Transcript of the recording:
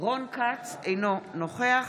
רון כץ, אינו נוכח